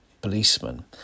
policeman